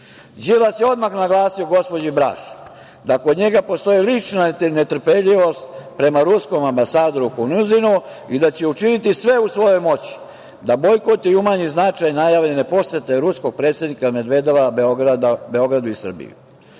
Đilas je odmah naglasio gospođi Braš da kod njega postoji lična netrpeljivost prema ruskom ambasadoru Konuzinu i da će učiniti sve u svojoj moći da bojkotuje i umanji značaj najavljene posete ruskog predsednika Medvedeva Beogradu i Srbiji.